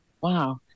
Wow